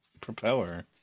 propeller